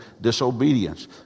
disobedience